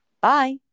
Bye